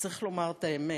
צריך לומר את האמת,